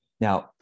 Now